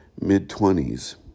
mid-twenties